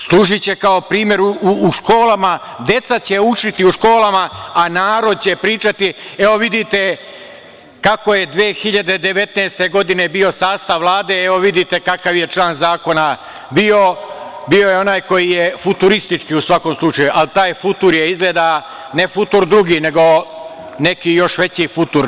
Služiće kao primer u školama, deca će učiti u školama, a narod će pričati, evo, vidite kako je 2019. godine bio sastav Vlade, evo vidite kakav je član zakona bio, bio je onaj koji je futuristički u svakom slučaju, a taj futur je izgleda ne Futur II, nego neki još veći futur.